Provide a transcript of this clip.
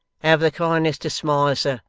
have the kindness to smile, sir,